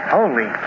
Holy